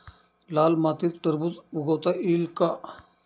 लाल मातीत टरबूज उगवता येईल का?